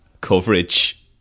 coverage